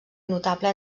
notable